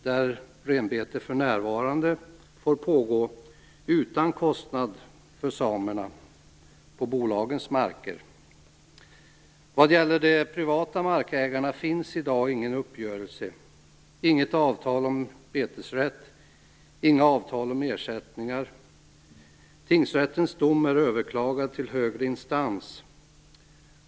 Enligt denna får renbete för närvarande pågå utan kostnad för samerna på bolagens marker. Vad gäller de privata markägarna finns i dag ingen uppgörelse - inget avtal om betesrätt, inga avtal om ersättningar. Tingsrättens dom är överklagad till högre instans.